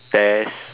test